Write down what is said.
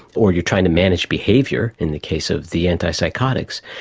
or you're trying to manage behaviour in the case of the antipsychotics,